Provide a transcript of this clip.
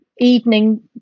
evening